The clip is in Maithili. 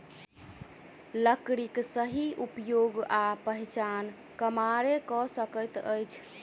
लकड़ीक सही उपयोग आ पहिचान कमारे क सकैत अछि